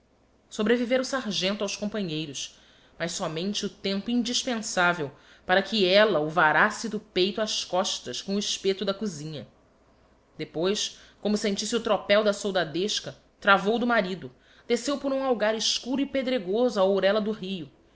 sobrevivêra o sargento aos companheiros mas sómente o tempo indispensavel para que ella o varasse do peito ás costas com o espeto da cozinha depois como sentisse o tropel da soldadesca travou do marido desceu por um algar escuro e pedregoso á ourela do rio